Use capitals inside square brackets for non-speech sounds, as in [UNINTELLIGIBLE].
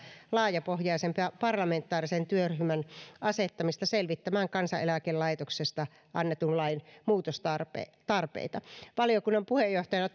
laajapohjaisen parlamentaarisen työryhmän asettamista selvittämään kansaneläkelaitoksesta annetun lain muutostarpeita valiokunnan puheenjohtajana [UNINTELLIGIBLE]